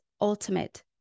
ultimate